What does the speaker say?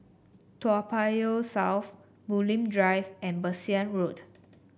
Toa Payoh South Bulim Drive and Bassein Road